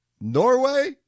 Norway